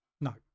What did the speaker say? No